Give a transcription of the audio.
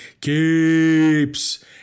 keeps